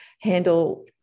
handle